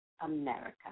America